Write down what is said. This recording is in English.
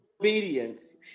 obedience